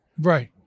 Right